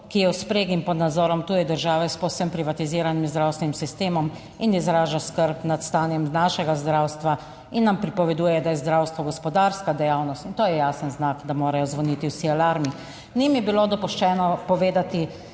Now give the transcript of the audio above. ki je v spregi pod nadzorom tuje države s povsem privatiziranim zdravstvenim sistemom in izraža skrb nad stanjem našega zdravstva in nam pripoveduje, da je zdravstvo gospodarska dejavnost in to je jasen znak, da morajo zvoniti vsi alarmi. Ni mi bilo dopuščeno povedati,